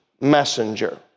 messenger